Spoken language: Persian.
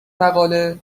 مقاله